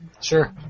Sure